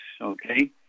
okay